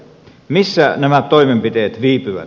missä nämä toimenpiteet viipyvät